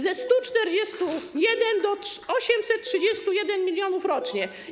Ze 141 do 831 mln zł rocznie.